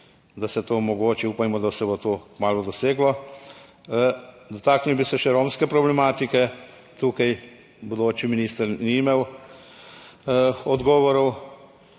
da se to omogoči, upajmo, da se bo to kmalu doseglo. Dotaknil bi se še romske problematike, tukaj bodoči minister ni imel odgovorov.